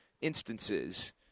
instances